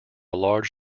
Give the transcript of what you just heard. large